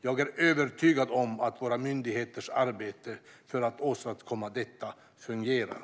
Jag är övertygad om att våra myndigheters arbete för att åstadkomma detta fungerar.